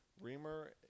Reamer